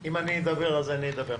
אם אני אדבר, אז אני אדבר.